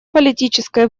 политической